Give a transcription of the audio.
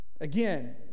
Again